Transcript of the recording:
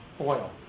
oil